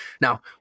Now